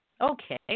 Okay